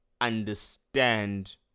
understand